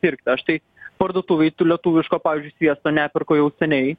pirkti aš tai parduotuvėj tų lietuviško pavyzdžiui sviesto neperku jau seniai